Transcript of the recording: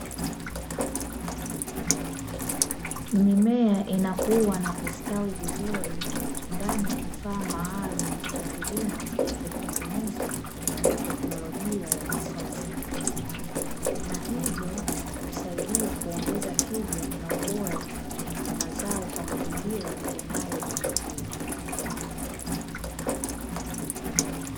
Mimea inakuwa na kustawi vizuri ndani ya kifaa maalumu cha kilimo kilichotengenezwa kwa teknolojia ya kisasa na hivyo husaidia kuongeza tija na ubora wa mazao kwa mazingira yanayodhibitiwa.